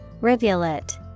Rivulet